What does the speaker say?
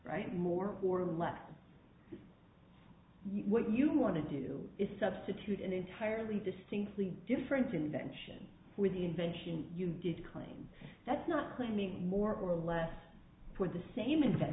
readership more or less what you want to do is substitute an entirely distinctly different convention with the invention you did claim that's not claiming more or less for the same